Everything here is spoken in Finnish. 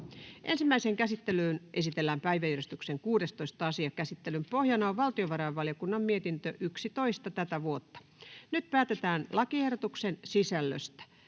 Ensimmäiseen käsittelyyn esitellään päiväjärjestyksen 16. asia. Käsittelyn pohjana on valtiovarainvaliokunnan mietintö VaVM 11/2023 vp. Nyt päätetään lakiehdotuksen sisällöstä.